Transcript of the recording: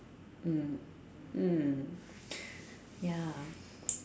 mm mm ya